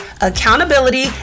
accountability